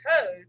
code